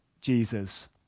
Jesus